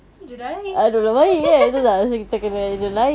tidur air